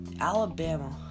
Alabama